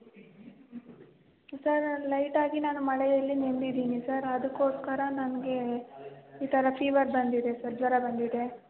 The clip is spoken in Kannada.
ಸರ್ ಲೈಟಾಗಿ ನಾನು ಮಳೆಯಲ್ಲಿ ನೆನೆದಿದ್ದೀನಿ ಸರ್ ಅದಕ್ಕೋಸ್ಕರ ನನಗೆ ಈ ಥರ ಫೀವರ್ ಬಂದಿದೆ ಸರ್ ಜ್ವರ ಬಂದಿದೆ